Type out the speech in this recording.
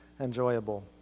enjoyable